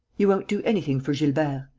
you won't do anything for gilbert?